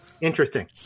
Interesting